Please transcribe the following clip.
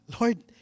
Lord